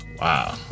wow